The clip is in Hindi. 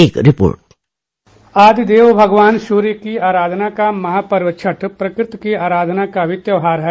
एक रिपोर्ट आदि देव भगवान सूर्य की आराधना का महापर्व छठ प्रकृति की आराधना का भी त्योहार है